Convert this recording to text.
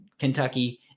Kentucky